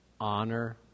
honor